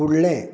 फुडलें